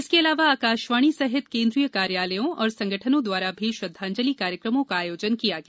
इसके अलावा आकाशवाणी सहित केन्द्रीय कार्यालयों और संगठनों द्वारा भी श्रद्धांजलि कार्यक्रमों का आयोजन किया गया